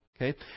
Okay